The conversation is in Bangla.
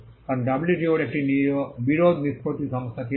কারণ ডাব্লুটিও র একটি বিরোধ নিষ্পত্তি সংস্থা ছিল